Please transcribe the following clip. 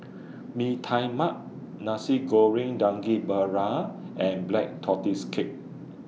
Bee Tai Mak Nasi Goreng Daging Merah and Black Tortoise Cake